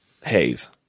haze